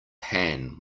pan